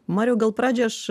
mariau gal pradžiai aš